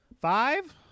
five